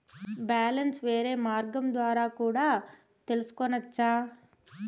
Balance వేరే మార్గం ద్వారా కూడా తెలుసుకొనొచ్చా?